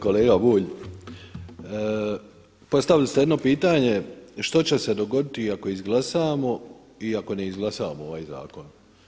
Kolega Bulj, postavili ste jedno pitanje što će se dogoditi ako izglasamo i ako ne izglasamo ovaj zakon.